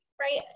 right